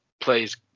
plays